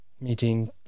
meeting